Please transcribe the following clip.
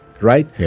right